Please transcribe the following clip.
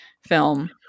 film